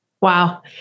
Wow